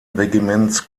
regiments